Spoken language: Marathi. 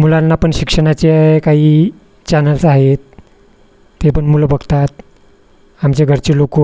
मुलांना पण शिक्षणाचे काही चॅनल्स आहेत ते पण मुलं बघतात आमच्या घरचे लोक